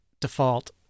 default